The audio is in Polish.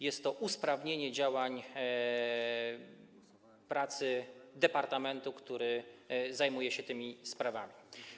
Jest to usprawnienie działań pracy departamentu, który zajmuje się tymi sprawami.